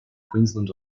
queensland